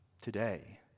Today